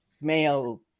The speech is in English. male